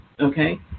okay